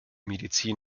medizin